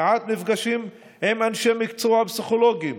מעט מפגשים עם אנשי מקצוע ופסיכולוגים,